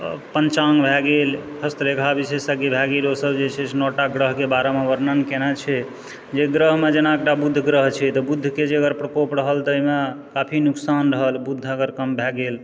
या पञ्चाङ्ग भए गेल हस्तरेखा विशेषज्ञ भए गेल ओसभ जे छै से नओ टा ग्रहके बारेमे वर्णन कयने छै जे ग्रहमे जेना एकटा बुध ग्रह छै तऽ बुधके जे अगर प्रकोप रहल ताहिमे काफी नुकसान रहल बुध अगर कम भए गेल